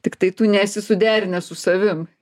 tiktai tu nesi suderinęs su savim